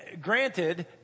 granted